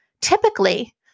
typically